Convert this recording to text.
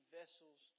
vessels